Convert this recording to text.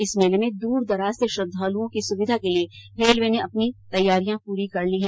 इस मेले में द्रदराज से श्रद्वालुओं की सुविधा के लिये रेलवे ने अपनी पूरी तैयारियां कर ली है